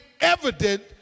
evident